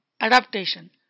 adaptation